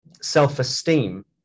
self-esteem